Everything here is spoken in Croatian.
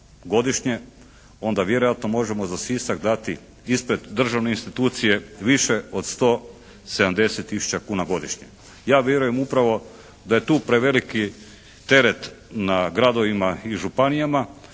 onda vjerojatno možemo za Sisak dati ispred državne institucije više od 170 tisuća kuna godišnje. Ja vjerujem upravo da je tu preveliki teret na gradovima i županijama